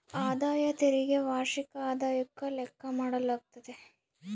ಆದಾಯ ತೆರಿಗೆ ವಾರ್ಷಿಕ ಆದಾಯುಕ್ಕ ಲೆಕ್ಕ ಮಾಡಾಲಾಗ್ತತೆ